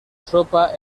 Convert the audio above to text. sopa